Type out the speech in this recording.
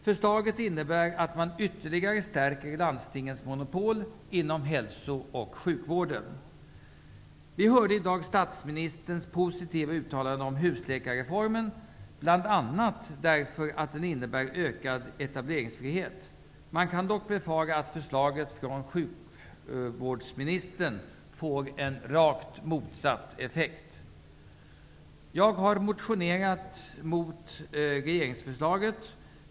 Förslaget innebär att man ytterligare stärker landstingens monopol inom hälso och sjukvården. Vi hörde tidigare i dag statsministerns positiva uttalande om husläkarreformen, som bl.a. innebär en ökad etableringsfrihet. Man kan dock befara att förslaget från sjukvårdsministern får rakt motsatt effekt. Jag har i motion Fi110 gått emot regeringsförslaget.